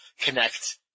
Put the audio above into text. connect